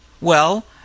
Well